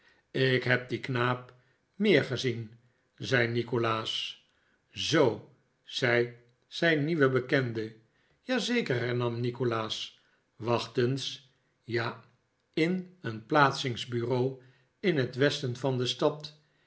ik heb dien knaap meer gezien zei nikolaas zoo zei zijn nieuwe bekende ja zeker hernam nikolaas wacht eens ja in een plaatsing bureau in net westen van de stad